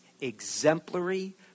exemplary